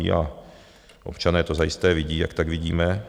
A občané to zajisté vidí, jak tak vidíme.